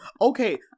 okay